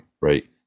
right